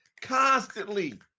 constantly